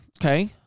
Okay